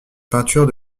peinture